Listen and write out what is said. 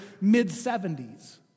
mid-70s